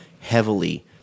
heavily